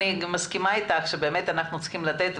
ואני מסכימה איתך שבאמת אנחנו צריכים לתת,